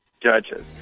judges